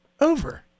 Over